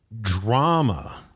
Drama